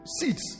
seeds